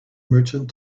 merchant